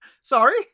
Sorry